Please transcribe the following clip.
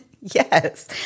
Yes